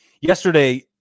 Yesterday